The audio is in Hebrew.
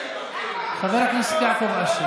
חבר הכנסת יעקב אשר.